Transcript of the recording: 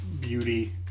beauty